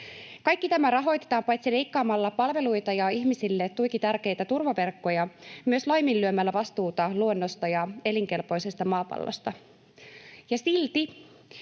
Kaikki tämä rahoitetaan paitsi leikkaamalla palveluita ja ihmisille tuiki tärkeitä turvaverkkoja myös laiminlyömällä vastuuta luonnosta ja elinkelpoisesta maapallosta. Ja